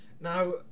Now